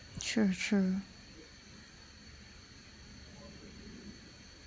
true true